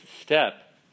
step